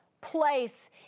place